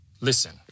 listen